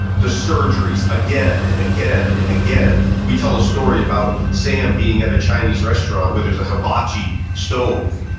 the surgeries again and again and again. we tell a story about sam being at a chinese restaurant where there's a hibachi stove.